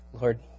Lord